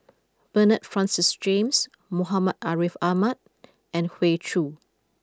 Bernard Francis James Muhammad Ariff Ahmad and Hoey Choo